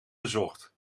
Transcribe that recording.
bezocht